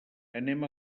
anem